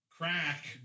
Crack